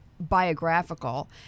Biographical